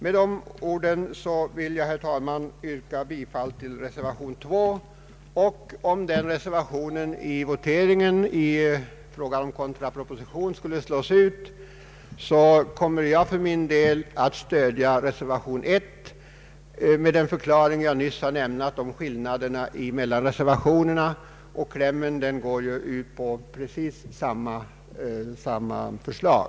Med dessa ord vill jag, herr talman, yrka bifall till reservationen 2. Om den reservationen vid votering om kontraproposition skulle slås ut kommer jag för min del att stödja reservationen 1 med den förklaring jag nyss lämnat, klämmen i reservationerna går ju ut på samma sak.